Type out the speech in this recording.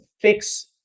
fix